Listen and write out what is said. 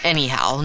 Anyhow